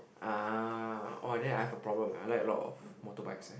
ah orh then I have a problem I like a lot of motorbikes eh